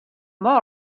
more